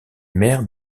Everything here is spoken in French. mère